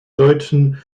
deutschen